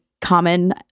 common